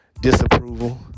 disapproval